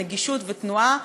נגישות ותנועה,